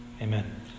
Amen